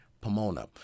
Pomona